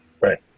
Right